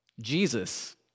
Jesus